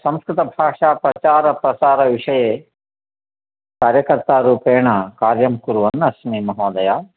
संस्कृतभाषाप्रचारप्रसारविषये कार्यकर्तारूपेण कार्यं कुर्वन्नस्मि महोदय